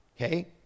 Okay